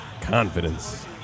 confidence